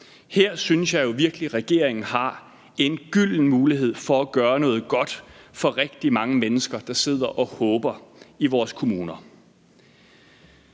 Her synes jeg jo virkelig regeringen har en gylden mulighed for at gøre noget godt for rigtig mange mennesker, der sidder og håber ude i vores kommuner.